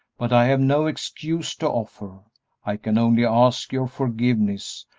but i have no excuse to offer i can only ask your forgiveness,